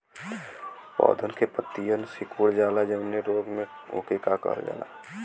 पौधन के पतयी सीकुड़ जाला जवने रोग में वोके का कहल जाला?